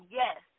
yes